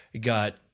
Got